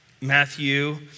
Matthew